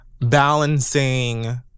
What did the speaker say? balancing